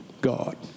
God